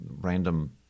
random